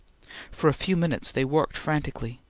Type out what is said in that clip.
for a few minutes, they worked frantically.